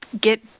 get